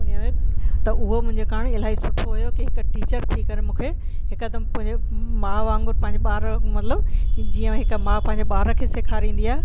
उन्हीअ में त उहो मुंहिंजे कारण इलाही सुठो हुयो कि हिकु टीचर थी करे मूंखे हिकदमि पंहिंजे माउ वांगुरु पंहिंजे ॿार मलतिबु जीअं हिकु मां पंहिंजे ॿार खे सेखारींदी आहे